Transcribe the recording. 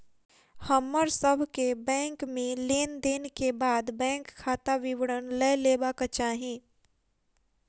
हमर सभ के बैंक में लेन देन के बाद बैंक खाता विवरण लय लेबाक चाही